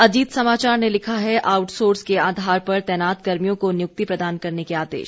अजीत समाचार ने लिखा है आउटसोर्स के आधार पर तैनात कर्मियों को नियुक्ति प्रदान करने के आदेश